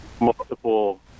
multiple